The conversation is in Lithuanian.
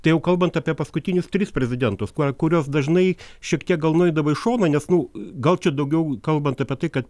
tai jau kalbant apie paskutinius tris prezidentus kuriuos dažnai šiek tiek gal nueidavo į šoną nes nu gal čia daugiau kalbant apie tai kad